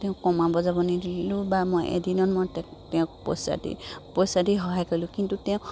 তেওঁ কমাব যাব নিদিলোঁ বা মই এদিনত মই তেওঁ তেওঁক পইচা দি পইচা দি সহায় কৰিলোঁ কিন্তু তেওঁক